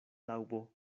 laŭbo